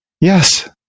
Yes